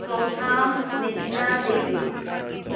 Chongtham Medina Devi